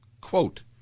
Quote